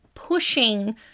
pushing